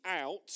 out